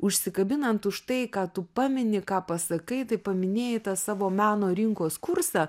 užsikabinant už tai ką tu pameni ką pasakai tai paminėjai tą savo meno rinkos kursą